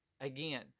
again